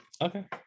Okay